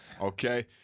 Okay